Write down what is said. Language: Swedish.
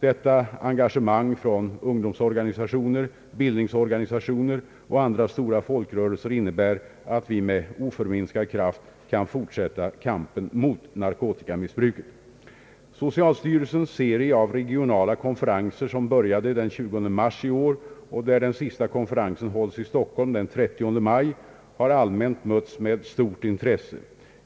Detta engagemang från ungdomsorganisationer, bildningsorganisationer och andra stora folkrörelser innebär att vi med oförminskad kraft kan fortsätta kampen mot narkotikamissbruket. i år och där den sista konferensen hålls i Stockholm den 30 maj, har allmänt mötts med stort intresse.